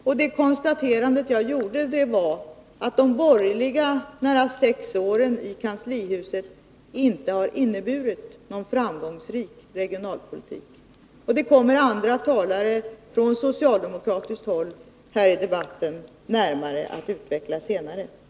Jag konstaterade att de borgerligas nära sex år i kanslihuset inte har inneburit någon framgångsrik regionalpolitik. Det kommer andra talare från socialdemokratiskt håll att närmare utveckla senare i debatten.